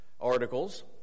articles